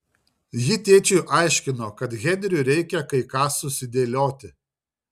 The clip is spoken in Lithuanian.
ji tėčiui aiškino kad henriui reikia kai ką susidėlioti